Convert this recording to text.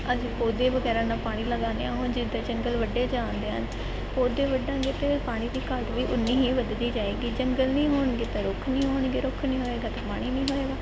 ਅਸੀਂ ਪੌਦੇ ਵਗੈਰਾ ਨਾਲ ਪਾਣੀ ਲਗਾਉਂਦੇ ਹਾਂ ਹੁਣ ਜਿੱਦਾ ਜੰਗਲ ਵੱਢੇ ਜਾਂਦੇ ਹਨ ਪੌਦੇ ਵੱਢਾਂਗੇ ਤਾਂ ਪਾਣੀ ਦੀ ਘਾਟ ਵੀ ਉਨੀ ਹੀ ਵੱਧਦੀ ਜਾਏਗੀ ਜੰਗਲ ਨਹੀਂ ਹੋਣਗੇ ਤਾਂ ਰੁੱਖ ਨਹੀਂ ਹੋਣਗੇ ਰੁੱਖ ਨਹੀਂ ਹੋਏਗਾ ਤਾਂ ਪਾਣੀ ਨਹੀਂ ਹੋਏਗਾ